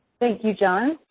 thank you, john.